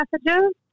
messages